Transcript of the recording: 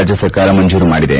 ರಾಜ್ಯ ಸರ್ಕಾರ ಮಂಜೂರು ಮಾಡಿದೆ